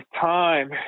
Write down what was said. time